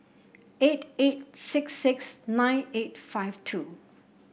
eight eight six six nine eight five two